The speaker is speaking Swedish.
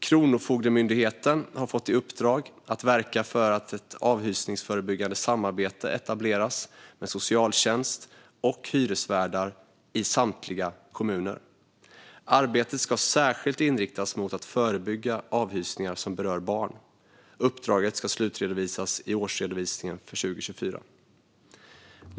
Kronofogdemyndigheten har fått i uppdrag att verka för att ett avhysningsförebyggande samarbete ska etableras med socialtjänst och hyresvärdar i samtliga kommuner. Arbetet ska särskilt inriktas på att förebygga avhysningar som berör barn. Uppdraget ska slutredovisas i årsredovisningen för 2024.